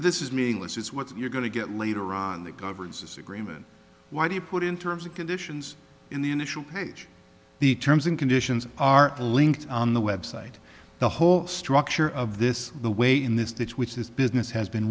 this is meaningless it's what you're going to get later on that governs this agreement why do you put in terms of conditions in the initial page the terms and conditions are linked on the website the whole structure of this the way in this ditch which this business has been